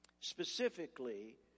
specifically